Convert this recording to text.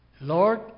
Lord